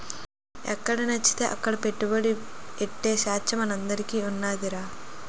ఎక్కడనచ్చితే అక్కడ పెట్టుబడి ఎట్టే సేచ్చ మనందరికీ ఉన్నాదిరా